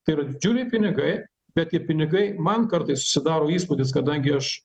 tai yra didžiuliai pinigai bet tie pinigai man kartais susidaro įspūdis kadangi aš